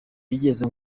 bigeze